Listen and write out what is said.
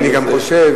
אני גם חושב,